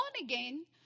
again